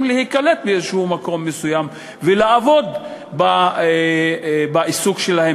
להיקלט במקום מסוים כלשהו ולעבוד בעיסוק שלהם,